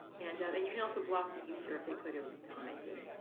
and um and you can also block the user if they put a rude comment in.